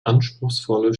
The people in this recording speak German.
anspruchsvolle